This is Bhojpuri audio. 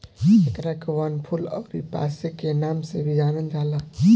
एकरा के वनफूल अउरी पांसे के नाम से भी जानल जाला